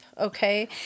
Okay